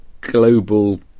global